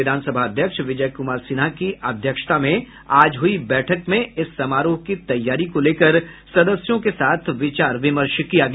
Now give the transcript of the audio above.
विधानसभा अध्यक्ष विजय कुमार सिन्हा की अध्यक्षता में आज हुई बैठक में इस समारोह की तैयारी को लेकर सदस्यों के साथ विचार विमर्श किया गया